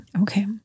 Okay